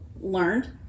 learned